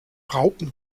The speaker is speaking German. raupen